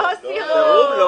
לא סירוב.